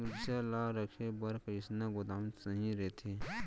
मिरचा ला रखे बर कईसना गोदाम सही रइथे?